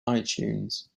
itunes